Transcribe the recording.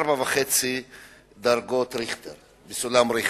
4.5 בסולם ריכטר.